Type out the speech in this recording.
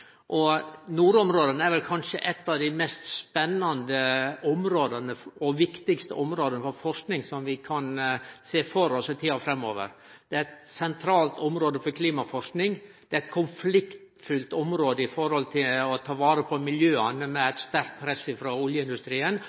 nordområda. Nordområda er kanskje eitt av dei mest spennande og viktigaste områda for forsking som vi kan sjå for oss i tida framover. Det er eit sentralt område for klimaforsking, og det er eit konfliktfylt område med tanke på å ta vare på miljøet, med eit sterkt press frå oljeindustrien.